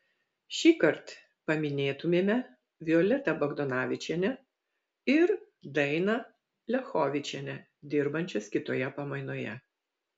šįkart paminėtumėme violetą bagdonavičienę ir dainą liachovičienę dirbančias kitoje pamainoje